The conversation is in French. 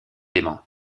léman